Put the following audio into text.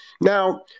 Now